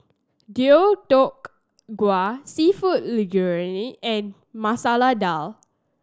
Deodeok Gui Seafood Linguine and Dal